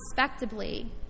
respectably